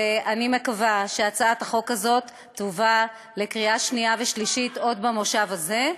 ואני מקווה שהצעת החוק הזאת תובא לקריאה שנייה ושלישית עוד במושב הזה,